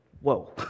whoa